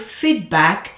feedback